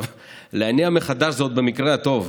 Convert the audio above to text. ולהניע מחדש זה במקרה הטוב,